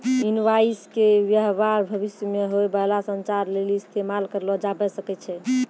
invoice के व्य्वहार भविष्य मे होय बाला संचार लेली इस्तेमाल करलो जाबै सकै छै